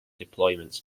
deployments